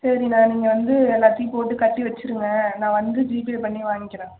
சரிண்ண நீங்கள் வந்து எல்லாத்தையும் போட்டு கட்டி வைச்சிருங்க நான் வந்து ஜிபே பண்ணி வாங்கிகிறேன்